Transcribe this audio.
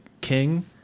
king